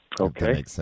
Okay